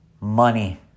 Money